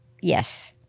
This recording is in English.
Yes